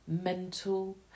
mental